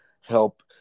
help